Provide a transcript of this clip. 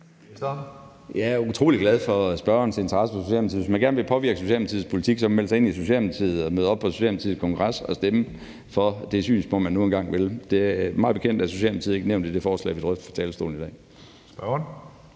Jeg er utrolig glad for spørgerens interesse for Socialdemokratiet. Hvis man gerne vil påvirke Socialdemokratiets politik, kan man melde sig ind i Socialdemokratiet og møde op på Socialdemokratiets kongres og stemme for det synspunkt, man nu engang vil. Mig bekendt er Socialdemokratiet ikke nævnt i det forslag, vi drøfter fra talerstolen i dag.